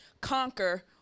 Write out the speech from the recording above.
conquer